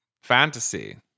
fantasy